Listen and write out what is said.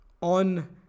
on